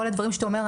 כל הדברים שאתה אומר,